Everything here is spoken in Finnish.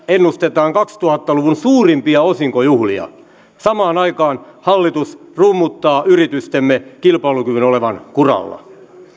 ennustetaan kaksituhatta luvun suurimpia osinkojuhlia samaan aikaan hallitus rummuttaa yritystemme kilpailukyvyn olevan kuralla